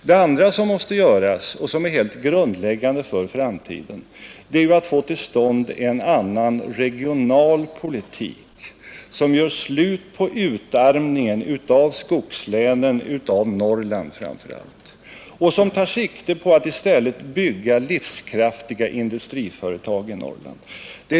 Det andra som måste göras och som är helt grundläggande för framtiden är att få till stånd en annan regional politik som gör slut på utarmningen av skogslänen, framför allt Norrland, och som tar sikte på att i stället bygga livskraftiga industriföretag i Norrland.